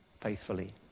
faithfully